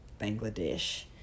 Bangladesh